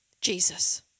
Jesus